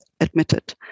admitted